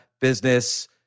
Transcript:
business